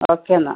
okay എന്നാൽ